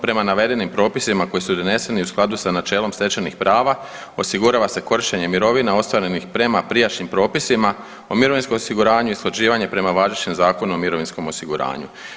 Prema navedenim propisima koji su doneseni u skladu sa načelom stečenih prava osigurava se korištenje mirovina ostvarenih prema prijašnjim propisima o mirovinskom osiguranju i usklađivanje prema važećem Zakonu o mirovinskom osiguranju.